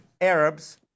Arabs